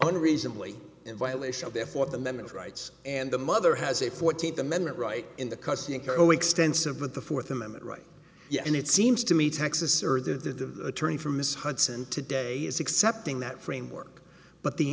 unreasonably in violation of their for the moment rights and the mother has a fourteenth amendment right in the custody coextensive with the fourth amendment right yet and it seems to me texas or the attorney for mrs hudson today is accepting that framework but the